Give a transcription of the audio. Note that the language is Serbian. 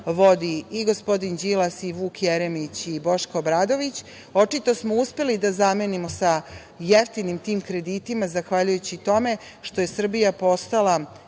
vodi i gospodin Đilas i Vuk Jeremić i Boško Obradović, očito smo uspeli da zamenimo sa jeftinim tim kreditima, zahvaljujući tome što je Srbija postala